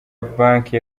banki